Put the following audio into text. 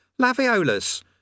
Laviolus